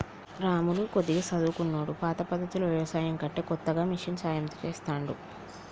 రాములు కొద్దిగా చదువుకున్నోడు పాత పద్దతిలో వ్యవసాయం కంటే కొత్తగా మిషన్ల సాయం తో చెస్తాండు